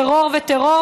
טרור וטרור,